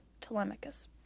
Telemachus